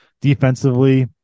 defensively